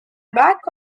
back